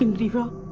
and riva!